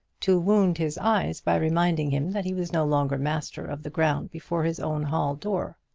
to wound his eyes by reminding him that he was no longer master of the ground before his own hall door.